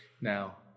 now